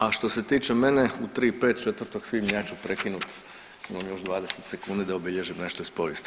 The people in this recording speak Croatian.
A što se tiče mene u 3 i 5 4. svibnja ja ću prekinut da, imam još 20 sekundi da obilježim nešto iz povijesti.